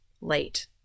late